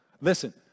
Listen